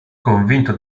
convinto